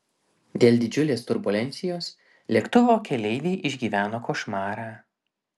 dėl didžiulės turbulencijos lėktuvo keleiviai išgyveno košmarą